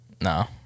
No